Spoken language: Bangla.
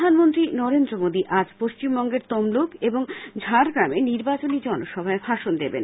প্রধানমন্ত্রী নরেন্দ্র মোদী আজ পশ্চিমবঙ্গের তমলুক এবং ঝাডগ্রামে নির্বাচনী জনসভায় ভাষণ দেবেন